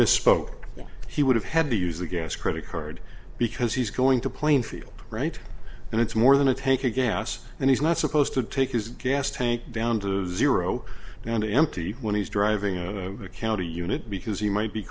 misspoke that he would have had to use a gas credit card because he's going to plainfield right and it's more than a tank of gas and he's not supposed to take his gas tank down to zero and empty when he's driving in the county unit because he might be